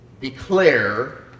declare